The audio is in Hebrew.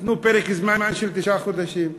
נתנו פרק זמן של תשעה חודשים.